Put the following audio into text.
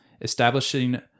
establishing